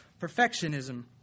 perfectionism